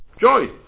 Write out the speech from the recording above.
joy